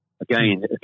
Again